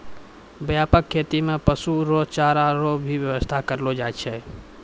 व्यापक खेती मे पशु रो चारा रो भी व्याबस्था करलो जाय छै